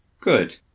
Good